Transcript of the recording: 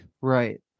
Right